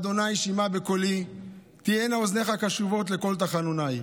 ה' שמעה בקולי תהיינה אזניך קשֻבות לקול תחנונָי.